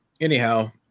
anyhow